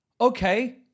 Okay